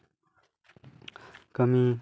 ᱠᱟᱹᱢᱤ